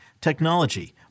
technology